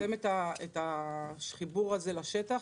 אתם את החיבור לשטח,